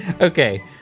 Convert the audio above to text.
okay